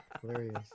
hilarious